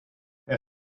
her